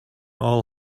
all